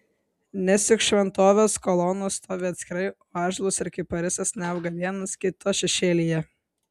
nes juk šventovės kolonos stovi atskirai o ąžuolas ir kiparisas neauga vienas kito šešėlyje